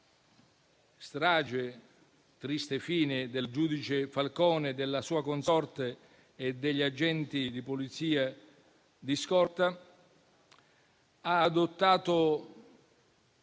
la triste fine del giudice Falcone, della sua consorte e degli agenti di Polizia di scorta, ha adottato